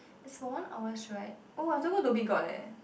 it's for one hour right oh i have to go dhoby-ghaut eh